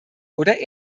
oder